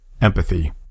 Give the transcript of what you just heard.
Empathy